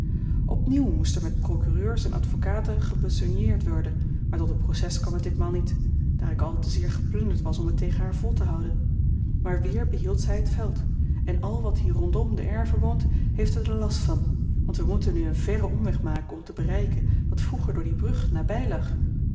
opnieuw moest er met procureurs en advocaten gebesogneerd worden maar tot een proces kwam het ditmaal niet daar ik al te zeer geplunderd was om het tegen haar vol te houden maar weer behield zij het veld en al wat hier rondom de erve woont heeft er den last van want wij moeten nu een verren omweg maken om te bereiken wat vroeger door die brug nabij